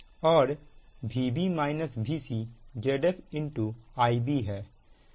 और Vb Vb Vc Zf Ib है